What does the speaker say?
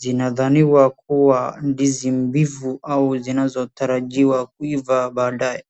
Zinadhaniwa kuwa ndizi mbivu au zinazotarajiwa kuiva baadaye.